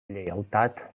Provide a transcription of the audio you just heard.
lleialtat